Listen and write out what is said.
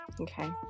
Okay